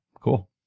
Cool